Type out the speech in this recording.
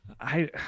I-